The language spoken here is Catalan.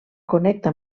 connecta